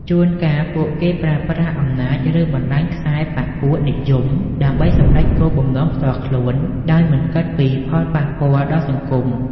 ជួនកាល ពួកគេប្រើប្រាស់អំណាច ឬបណ្តាញខ្សែបក្សពួកនិយម ដើម្បីសម្រេចគោលបំណងផ្ទាល់ខ្លួន ដោយមិនគិតពីផលប៉ះពាល់ដល់សង្គម។